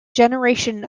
generation